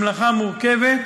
המלאכה מורכבת,